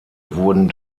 wurden